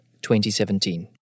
2017